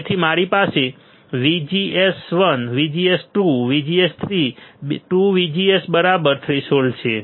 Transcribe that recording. તેથી મારી પાસે VGS1 VGS2 VGS3 2 VGS બરાબર થ્રેશોલ્ડ છે